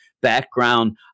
background